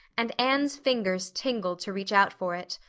and anne's fingers tingled to reach out for it.